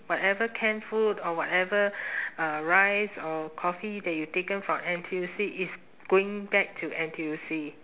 whatever canned food or whatever uh rice or coffee that you taken from N_T_U_C is going back to N_T_U_C